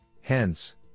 Hence